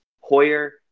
Hoyer